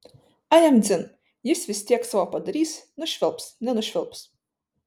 a jam dzin jis vis tiek savo padarys nušvilps nenušvilps